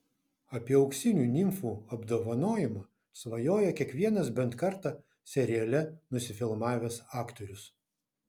apie auksinių nimfų apdovanojimą svajoja kiekvienas bent kartą seriale nusifilmavęs aktorius